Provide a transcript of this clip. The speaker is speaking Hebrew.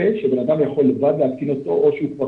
שבן אדם יכול לבד להתקין אותו או שהוא כבר